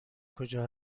کجا